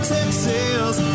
Texas